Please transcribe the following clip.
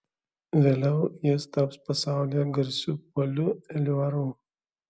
vėliau jis taps pasaulyje garsiu poliu eliuaru